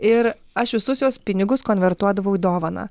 ir aš visus jos pinigus konvertuodavau į dovaną